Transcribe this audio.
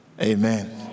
Amen